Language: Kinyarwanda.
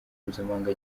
mpuzamahanga